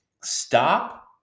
Stop